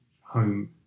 home